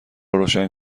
روشن